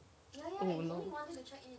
oh no